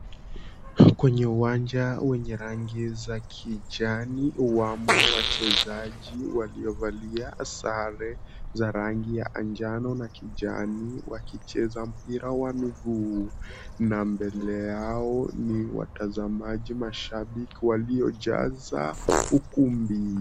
Kwenye uwanja wenye rangi za kijani wamo wachezaji waliyovalia sare za rangi ya njano na kijani wakicheza mpira wa miguu na mbele yao ni watazamaji mashabiki waliojaza ukumbi.